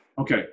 Okay